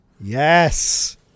Yes